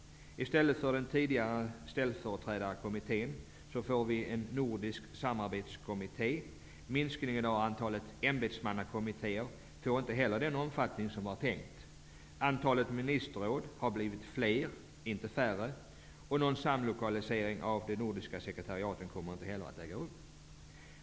I stället för den tidigare ställföreträdarkommittén får vi en nordisk samarbetskommitté. Minskningen av antalet ämbetsmannakommittér får inte heller den omfattning som var tänkt. Antalet ministerråd har blivit fler och inte färre. Någon samlokalisering av de nordiska sekretariaten kommer inte att äga rum.